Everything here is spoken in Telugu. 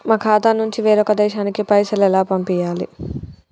మా ఖాతా నుంచి వేరొక దేశానికి పైసలు ఎలా పంపియ్యాలి?